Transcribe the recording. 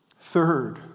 Third